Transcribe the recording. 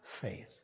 faith